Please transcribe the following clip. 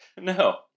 no